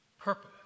purpose